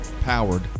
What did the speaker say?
Powered